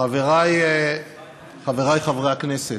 גברתי היושבת-ראש, חבריי חברי הכנסת,